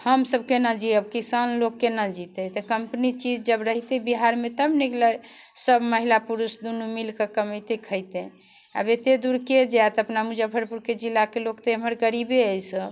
हमसभ केना जियब किसान लोक केना जीतै तऽ कम्पनी चीज जब रहितै बिहारमे तब ने ल सभ महिला पुरुष दुनू मिलि कऽ कमेतै खेतै आब एतेक दूरके जायत अपना मुजफ्फरपुरके जिलाके लोक तऽ इमहर गरीबे अछि सभ